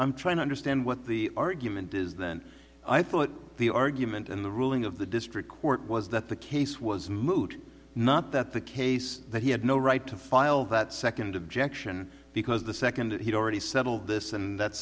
i'm trying to understand what the argument is then i thought the argument in the ruling of the district court was that the case was moot not that the case that he had no right to file that second objection because the second that he'd already settled this and that